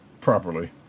properly